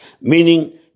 meaning